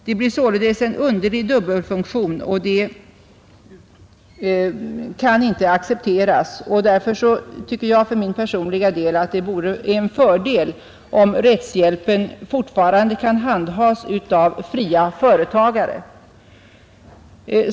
Det blir således en underlig dubbelfunktion, vilket inte kan accepteras. Därför tycker jag för min personliga del att det vore en fördel om rättshjälpen fortfarande kan handhas av fria företagare.